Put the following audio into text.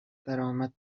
درآمد